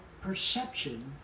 perception